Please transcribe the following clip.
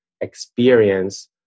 experience